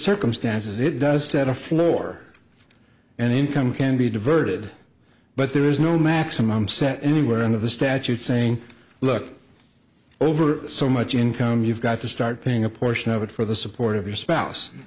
circumstances it does set a floor and income can be diverted but there is no maximum set anywhere and of the statute saying look over so much income you've got to start paying a portion of it for the support of your spouse